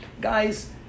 guys